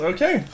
Okay